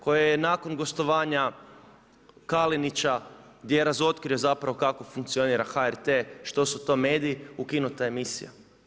Koja je nakon gostovanja Kalinića, gdje je razotkrio zapravo kako funkcionira HRT, što su to mediji, ukinuta emisija.